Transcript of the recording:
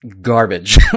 garbage